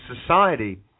society